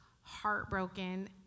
heartbroken